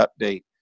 update